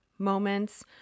moments